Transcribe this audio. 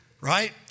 Right